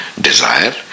desire